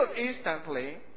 instantly